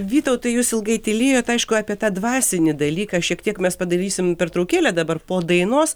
vytautai jūs ilgai tylėjot aišku apie tą dvasinį dalyką šiek tiek mes padarysim pertraukėlę dabar po dainos